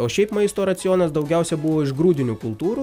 o šiaip maisto racionas daugiausia buvo iš grūdinių